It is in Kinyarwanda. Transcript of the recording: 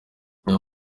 ayo